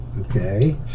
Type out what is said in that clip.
Okay